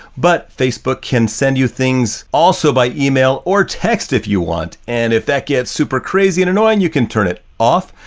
but facebook can send you things also by email or text if you want. and if that gets super crazy and annoying, you can turn it off.